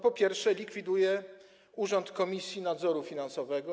Po pierwsze, likwiduje Urząd Komisji Nadzoru Finansowego.